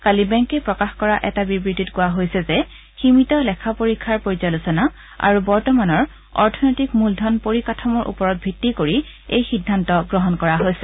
কালি বেংকে প্ৰকাশ কৰা এটা বিবৃতিত কোৱা হৈছে যে সীমিত লেখা পৰীক্ষাৰ পৰ্যালোচনা আৰু বৰ্তমানৰ অৰ্থনৈতিক মূলধন পৰিকাঠামোৰ ওপৰত ভিত্তি কৰি এই সিদ্ধান্ত গ্ৰহণ কৰা হৈছে